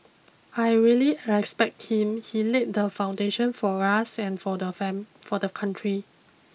I really respect him he laid the foundation for us and for the for the country